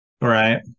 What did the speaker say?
Right